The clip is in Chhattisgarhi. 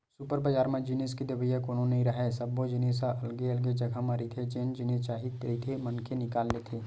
सुपर बजार म जिनिस के देवइया कोनो नइ राहय, सब्बो जिनिस ह अलगे अलगे जघा म रहिथे जेन जिनिस चाही रहिथे मनखे निकाल लेथे